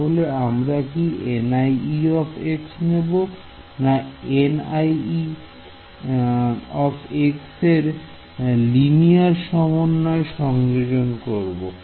তাহলে আমরা কি নেব না এর লিনিয়ার সমন্বয় সংযোজন করব